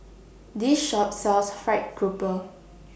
This Shop sells Fried Grouper